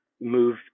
move